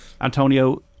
Antonio